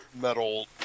metal